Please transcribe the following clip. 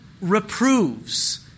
reproves